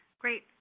Great